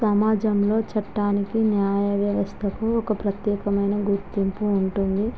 సమాజంలో చట్టానికి న్యాయవ్యవస్థకు ఒక ప్రత్యేకమైన గుర్తింపు ఉంటుంది